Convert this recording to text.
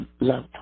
love